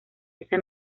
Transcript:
esa